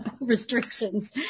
restrictions